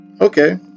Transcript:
okay